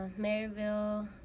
Maryville